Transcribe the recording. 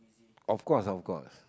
of course of course